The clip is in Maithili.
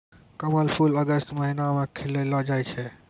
कमल फूल अगस्त महीना मे खिललो जाय छै